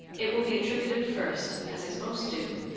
it will be attributed first, as is most due,